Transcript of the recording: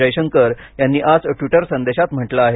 जयशंकर यांनी आज ट्विटर संदेशात म्हटलं आहे